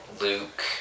Luke